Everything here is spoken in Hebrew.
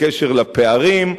בעניין הפערים,